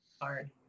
hard